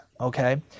okay